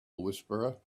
whisperer